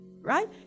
right